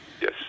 yes